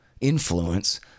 influence